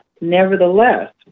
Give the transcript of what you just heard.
nevertheless